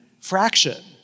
fraction